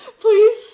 please